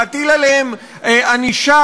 להטיל עליהם ענישה,